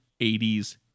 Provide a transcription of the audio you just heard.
80s